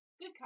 Good